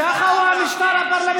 אתה אמרת, כך הוא המשטר הפרלמנטרי.